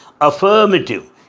affirmative